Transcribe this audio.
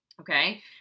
Okay